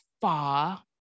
far